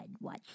watch